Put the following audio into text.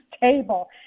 table